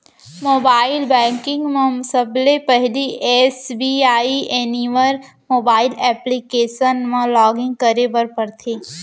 mobile banking म सबले पहिली एस.बी.आई एनिवर मोबाइल एप्लीकेसन म लॉगिन करे बर परथे